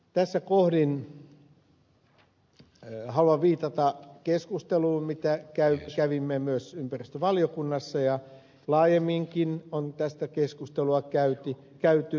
tässä kohdin haluan viitata keskusteluun mitä kävimme myös ympäristövaliokunnassa ja laajemminkin on tästä keskustelua käyty